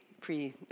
pre